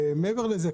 מעבר לזה,